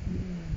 hmm